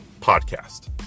podcast